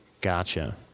Gotcha